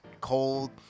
cold